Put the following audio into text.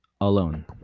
alone